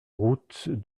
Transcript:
route